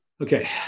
Okay